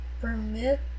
Permit